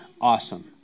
awesome